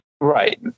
Right